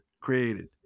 created